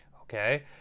okay